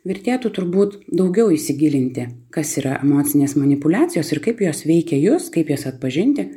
vertėtų turbūt daugiau įsigilinti kas yra emocinės manipuliacijos ir kaip jos veikia jus kaip jas atpažinti